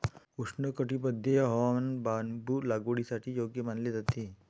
उष्णकटिबंधीय हवामान बांबू लागवडीसाठी योग्य मानले जाते